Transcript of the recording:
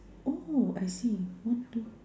oh I see one two